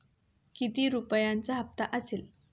किती रुपयांचा हप्ता असेल?